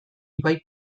ibai